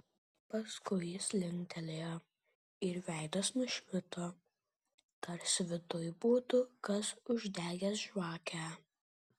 paskui jis linktelėjo ir veidas nušvito tarsi viduj būtų kas uždegęs žvakę